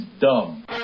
dumb